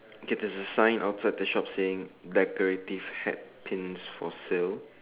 K there is a sign outside the shop saying decorative hat pins for sale